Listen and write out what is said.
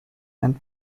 and